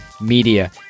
media